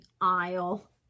aisle